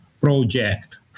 project